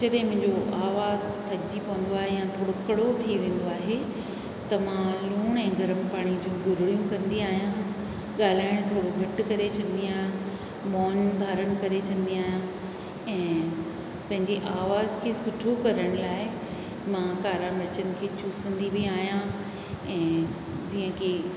जॾहिं मुंहिंजो आवाज़ु थकिजी पवंदो आहे या थोरो कड़ो थी वेंदो आहे त मां लूणु ऐं गर्म पाणी जी गुरड़ियूं कंदी आहियां ॻाल्हाइण थोरो घटि करे छॾंदी आहियां मौन धारणु करे छॾंदी आहियां ऐं पंहिंजी आवाज़ खे सुठो करण लाइ मां कारा मिर्चनि खे चूसंदी बि आहियां ऐं जीअं की